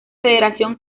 federación